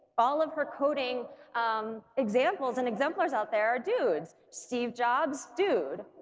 all of her coding examples and exemplars out there are dudes steve jobs? dude.